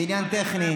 זה עניין טכני.